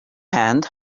hand